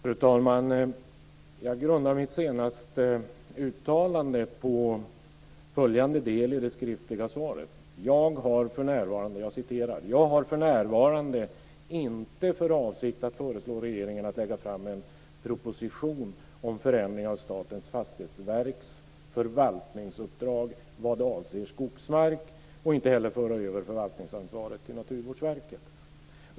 Fru talman! Jag grundade mitt senaste uttalande på följande del i det skriftliga svaret: "Jag har för närvarande inte för avsikt att föreslå regeringen att lägga fram en proposition om förändring av Statens fastighetsverks förvaltningsuppdrag vad avser skogsmark och inte heller föra över förvaltningsansvaret till Naturvårdsverket."